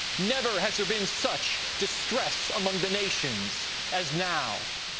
never has there been such distress among the nations as now,